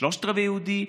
שלושת-רבעי יהודי,